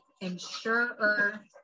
insurer